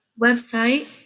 website